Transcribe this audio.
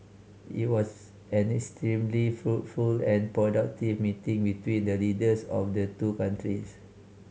it was an extremely fruitful and productive meeting between the leaders of the two countries